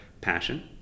passion